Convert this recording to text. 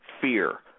fear